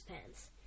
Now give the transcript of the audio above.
pants